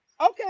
okay